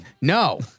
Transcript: No